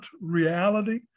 reality